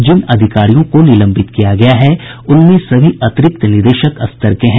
जिन अधिकारियों को निलंबित किया गया है उसमें सभी अतिरिक्त निदेशक स्तर के हैं